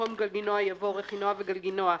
במקום "גלגינוע" יבוא "רכינוע וגלגינוע"